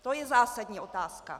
To je zásadní otázka.